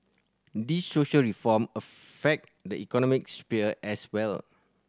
these social reform affect the economic sphere as well